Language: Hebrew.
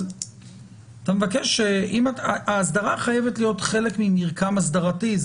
אבל האסדרה חייבת להיות חלק ממרקם אסדרתי.